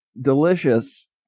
delicious